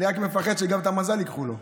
אני רק מפחד שגם את המזל ייקחו לו.